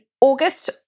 August